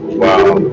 wow